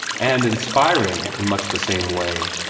and inspiring in much the same way,